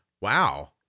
Wow